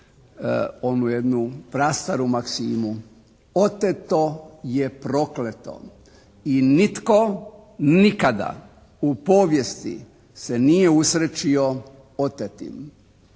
onu jednu prastaru maksimu "oteto je prokleto" i nitko nikada u povijesti se nije usrećio otetim.